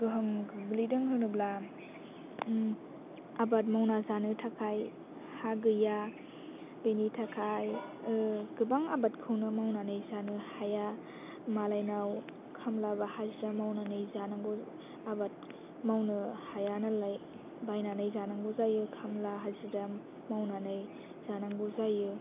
गोहोम खोख्लैदों होनोब्ला आबाद मावना जानो थाखाय हा गैया बेनि थाखाय गोबां आबादखौनो मावनानै जानो हाया मालायनाव खामला बा हाजिरा मावनानै जानांगौ जा आबाद मावनो हाया नालाय बायनानै जानांगौ जायो खामला हाजिरा मावनानै जानांगौ जायो